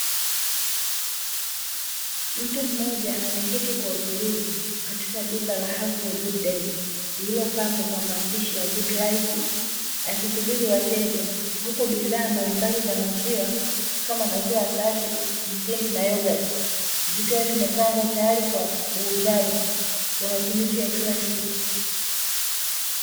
Mtu mmoja ameketi kwa utulivu katika duka la have a good day lililopambwa kwa maandishi ya guud laiti akisubiri wateja huku bidhaa mbalimbali za maziwa kama maziwa ya asasi, mtindi na yogati zikiwa zimepangwa tayari kwa uuzaji kwa matumizi ya kila siku.